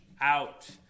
out